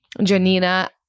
Janina